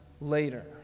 later